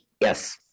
Yes